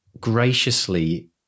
Graciously